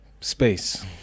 Space